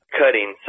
cutting